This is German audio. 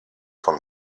von